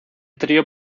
trío